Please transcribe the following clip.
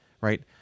right